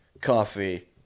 coffee